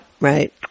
Right